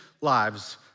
lives